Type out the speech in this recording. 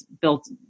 built